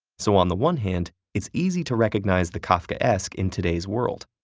so on the one hand, it's easy to recognize the kafkaesque in today's world.